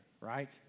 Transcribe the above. right